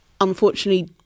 unfortunately